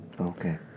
Okay